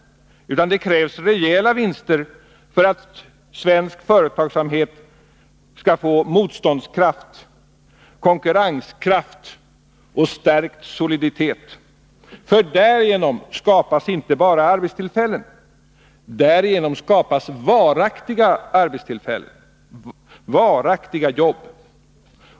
Det krävs rejäla vinster för att svensk företagsamhet skall få motståndskraft, konkurrenskraft och stärkt soliditet. Därigenom skapas nämligen inte bara arbetstillfällen — därigenom skapas varaktiga arbetstillfällen, varaktiga jobb.